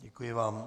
Děkuji vám.